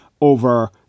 over